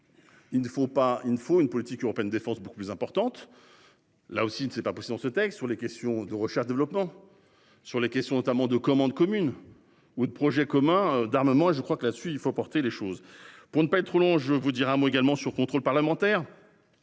Il ne faut pas il faut une politique urbaine des forces beaucoup plus importante. Là aussi, cette impression. Ce texte sur les questions de recherche développement. Sur les questions notamment de commande commune ou de projets communs d'armements et je crois que là-dessus il faut porter les choses pour ne pas être trop long, je vous dire un mot également sur contrôle parlementaire.